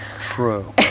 true